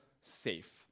safe